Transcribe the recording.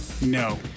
No